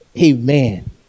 Amen